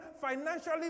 financially